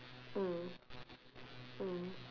mm mm